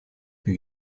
più